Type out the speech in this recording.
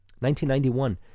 1991